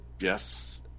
Yes